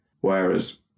Whereas